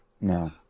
No